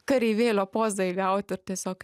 kareivėlio pozą įgaut ir tiesiog